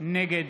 נגד